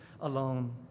alone